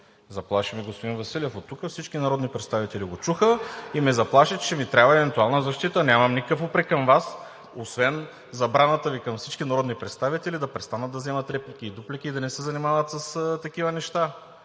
Заплаши ме господин Василев оттук – всички народни представители го чуха и ме заплаши, че ще ми трябва евентуална защита. Нямам никакъв упрек към Вас освен забраната Ви към всички народни представители да престанат да вземат реплики и дуплики и да не се занимават с такива неща.